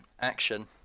action